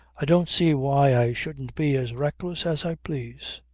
i don't see why i shouldn't be as reckless as i please.